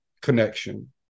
connection